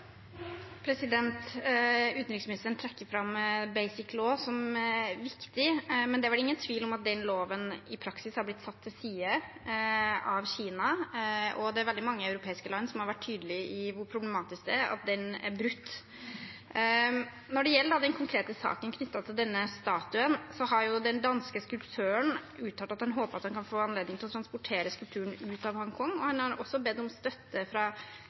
Utenriksministeren trekker fram Basic Law som viktig, men det er vel ingen tvil om at den loven i praksis har blitt satt til side av Kina, og det er veldig mange europeiske land som har vært tydelig på hvor problematisk det er at den er brutt. Når det gjelder den konkrete saken knyttet til denne statuen, har den danske skulptøren uttalt at han håper at han kan få anledning til å transportere skulpturen ut av Hongkong. Han har også bedt om støtte fra